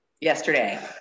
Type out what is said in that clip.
yesterday